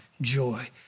joy